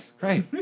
Right